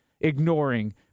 ignoring